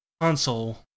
console